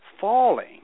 falling